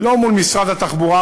לא מול משרד התחבורה,